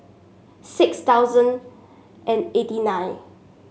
six thousand and eighty nine